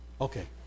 Okay